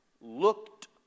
looked